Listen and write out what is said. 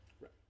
right